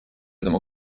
этому